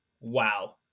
Wow